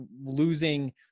losing